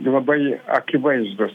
labai akivaizdūs